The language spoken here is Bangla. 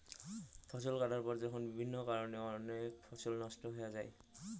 ফসল কাটার পর যখন বিভিন্ন কারণে অনেক ফসল নষ্ট হয়া যাই